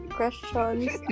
Questions